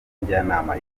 njyanama